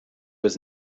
was